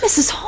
Mrs